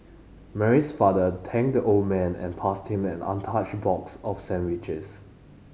Mary's father thanked the old man and passed him an untouched box of sandwiches